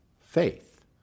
faith